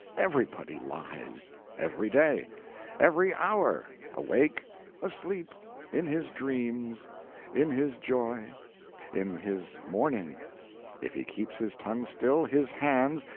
everybody lies every day every hour awake asleep in his dreams in his joy in his mourning if he keeps his tongue still, his hands,